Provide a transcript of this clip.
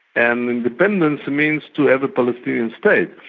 and independence means to have a palestinian state.